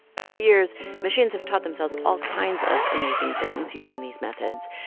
over the years, machines have taught themselves all kinds of amazing things using these methods.